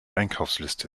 einkaufsliste